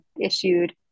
issued